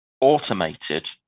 automated